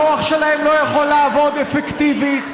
המוח שלהם לא יכול לעבוד אפקטיבית.